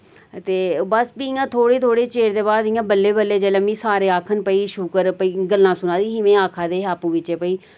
ते बस फ्ही इयां थोह्ड़े थोह्ड़े चिर दे बाद इयां बल्लें बल्लें जेल्लै मी सारे आखन भई शुक्र भई गल्लां सुनै दी ही मैं आक्खै दे हे आपूं बिच्चें भई